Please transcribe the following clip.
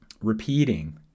repeating